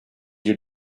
your